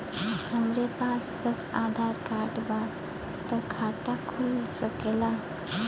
हमरे पास बस आधार कार्ड बा त खाता खुल सकेला?